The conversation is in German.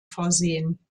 versehen